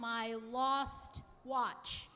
my lost watch